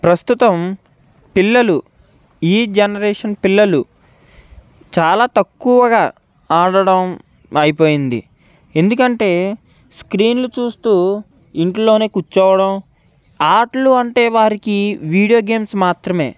ప్రస్తుతం పిల్లలు ఈ జనరేషన్ పిల్లలు చాలా తక్కువగా ఆడడం అయిపోయింది ఎందుకంటే స్క్రీన్లు చూస్తూ ఇంట్లోనే కూర్చోవడం ఆటలు అంటే వారికి వీడియో గేమ్స్ మాత్రమే